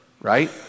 right